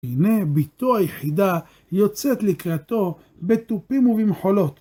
הנה ביתו היחידה יוצאת לקראתו בתופים ובמחולות.